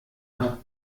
habt